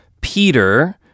Peter